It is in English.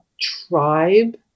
tribe